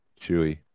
chewy